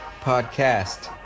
Podcast